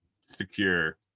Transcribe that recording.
secure